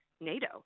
NATO